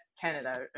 canada